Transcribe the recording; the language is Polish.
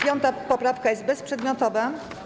5. poprawka jest bezprzedmiotowa.